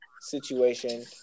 situation